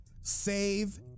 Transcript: save